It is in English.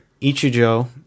Ichijo